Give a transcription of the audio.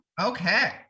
Okay